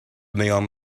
neon